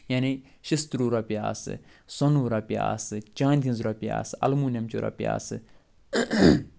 یعنی شِستُروٗ رۄپیہِ آسہٕ سۄنوٗ رۄپیہِ آسہٕ چانٛدِ ہِنٛز رۄپیہِ آسہٕ الموٗنِیمچہِ رۄپیہِ آسہٕ